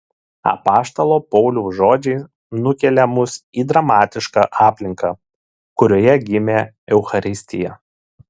apaštalo pauliaus žodžiai nukelia mus į dramatišką aplinką kurioje gimė eucharistija